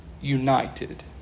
united